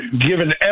given